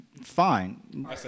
fine